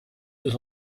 deux